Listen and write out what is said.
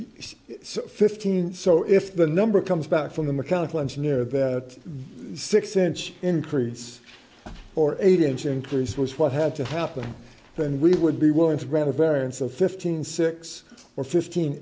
fifteen so if the number comes back from the mechanical engineer that six inch increase or eight inch increase was what had to happen then we would be willing to grant a variance of fifteen six or fifteen